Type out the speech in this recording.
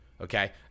okay